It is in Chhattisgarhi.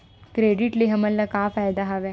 क्रेडिट ले हमन का का फ़ायदा हवय?